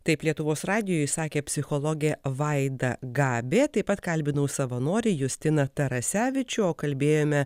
taip lietuvos radijui sakė psichologė vaida gabė taip pat kalbinau savanorį justiną tarasevičių o kalbėjome